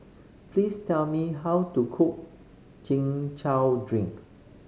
please tell me how to cook Chin Chow drink